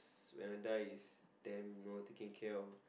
when I die is them no one taking care of